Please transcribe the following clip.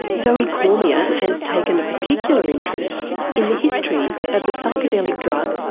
zoe cormier has taken a particular interest in the history of the psychedelic drug,